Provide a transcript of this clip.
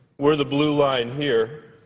we're the blue line here,